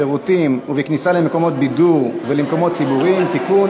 בשירותים ובכניסה למקומות בידור ולמקומות ציבוריים (תיקון,